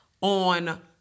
on